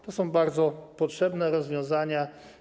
To są bardzo potrzebne rozwiązania.